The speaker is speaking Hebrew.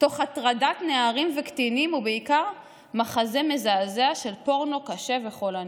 תוך הטרדת נערים וקטינים ובעיקר מחזה מזעזע של פורנו קשה וחולני".